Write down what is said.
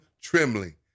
trembling